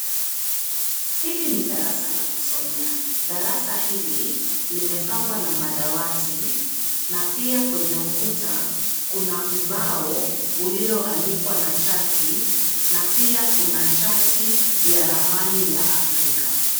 Hili ni darasa la kusomea. Darasa hili limepangwa na madawati na pia kwenye ukuta kuna ubao ulioandikwa na chaki na pia kuna chati ya ramani ya Afrika.